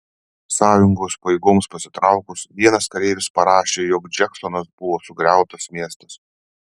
sąjungos pajėgoms pasitraukus vienas kareivis parašė jog džeksonas buvo sugriautas miestas